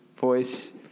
voice